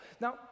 now